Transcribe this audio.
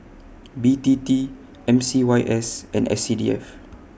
B T T M C Y S and S C D F